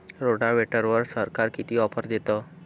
रोटावेटरवर सरकार किती ऑफर देतं?